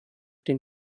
den